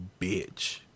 bitch